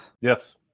Yes